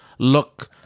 Look